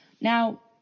Now